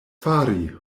fari